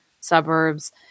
suburbs